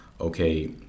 okay